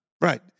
Right